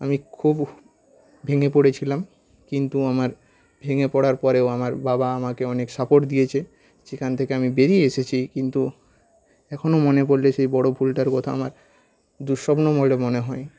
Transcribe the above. আমি খুব ভেঙে পড়েছিলাম কিন্তু আমার ভেঙে পড়ার পরেও আমার বাবা আমাকে অনেক সাপোর্ট দিয়েছে সেখান থেকে আমি বেরিয়ে এসেছি কিন্তু এখনও মনে পড়লে সেই বড়ো ভুলটার কথা আমার দুঃস্বপ্ন বলে মনে হয়